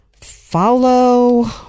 Follow